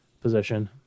position